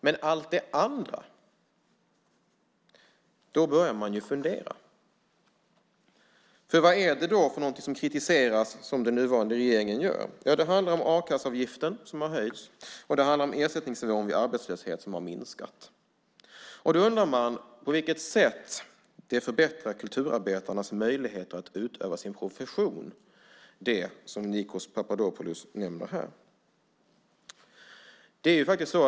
Men när det handlar om allt det andra börjar man fundera. Vad är det för någonting som den nuvarande regeringen gör som kritiseras? Det handlar om a-kasseavgiften, som har höjts, och det handlar om ersättningsnivån vid arbetslöshet, som har minskat. Man undrar på vilket sätt detta förbättrar kulturarbetarnas möjlighet att utöva sin profession - det som Nikos Papadopoulos nämner här.